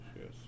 yes